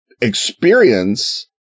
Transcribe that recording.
experience